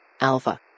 Alpha